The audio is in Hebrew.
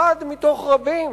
אחד מתוך רבים.